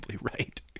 right